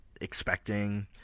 expecting